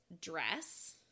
Dress